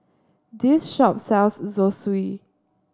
this shop sells Zosui